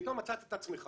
פתאום מצאת את עצמך